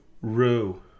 rue